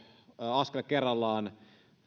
askel kerrallaan